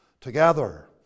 together